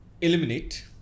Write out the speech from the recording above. Eliminate